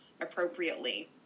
appropriately